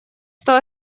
что